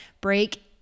break